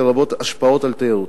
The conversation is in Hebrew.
לרבות השפעות על התיירות.